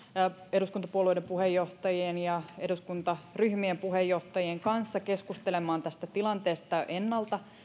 eduskuntapuolueiden puheenjohtajien ja eduskuntaryhmien puheenjohtajien kanssa keskustelemaan tästä tilanteesta ennalta